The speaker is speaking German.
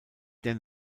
der